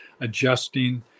adjusting